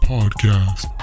Podcast